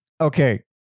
Okay